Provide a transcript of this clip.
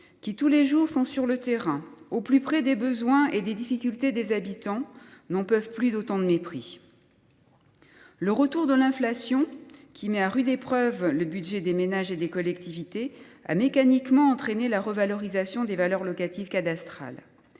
sont tous les jours sur le terrain, au plus près des besoins et des difficultés des habitants, n’en peuvent plus d’autant de mépris. Le retour de l’inflation, qui met à rude épreuve le budget des ménages et des collectivités, a mécaniquement entraîné la revalorisation des valeurs locatives cadastrales.